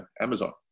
Amazon